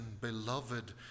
beloved